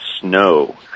Snow